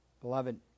Beloved